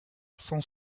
cent